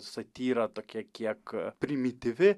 satyra tokia kiek primityvi